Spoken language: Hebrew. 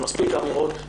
יש מספיק אמירות,